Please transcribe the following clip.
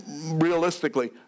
realistically